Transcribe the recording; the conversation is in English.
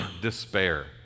despair